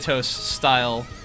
style